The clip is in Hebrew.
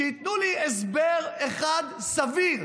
שייתנו לי הסבר אחד סביר